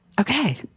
Okay